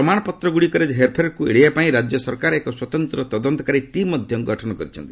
ପ୍ରମାଣପତ୍ରଗୁଡ଼ିକରେ ହେରଫେରକୁ ଏଡ଼ାଇବା ପାଇଁ ରାଜ୍ୟ ସରକାର ଏକ ସ୍ୱତନ୍ତ୍ର ତଦନ୍ତକାରୀ ଟିମ୍ ମଧ୍ୟ ଗଠନ କରିଛନ୍ତି